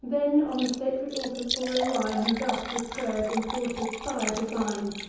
then on the sacred altars pouring wine, he thus with pray'rs implor'd his sire divine